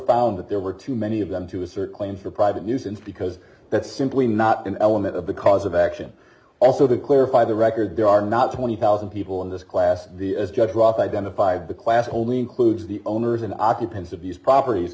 found that there were too many of them to assert claim for private use because that's simply not an element of the cause of action also to clarify the record there are not twenty thousand dollars people in this class the is just rough identified the class wholly includes the owners and occupants of these properties